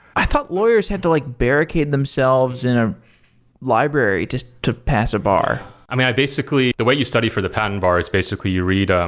i thought lawyers had to like barricade themselves in a library just to pass a bar? i mean, basically, the way you study for the patent bar is basically you read um